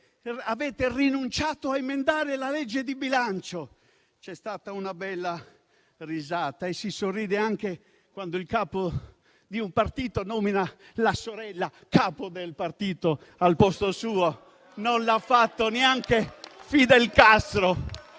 avete rinunciato a emendare la legge di bilancio c'è stata una bella risata. E si sorride anche quando il capo di un partito nomina la sorella capo del partito al posto suo. Non l'ha fatto neanche Fidel Castro.